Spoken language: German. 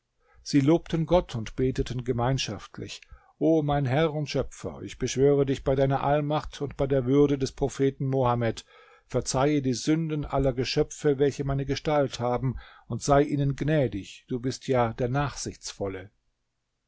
sie lobten gott und beteten gemeinschaftlich o mein herr und schöpfer ich beschwöre dich bei deiner allmacht und bei der würde des propheten mohammed verzeihe die sünden aller geschöpfe welche meine gestalt haben und sei ihnen gnädig du bist ja der